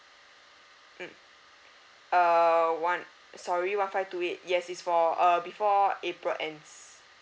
mm err one sorry one five two eight yes it's for err before april ends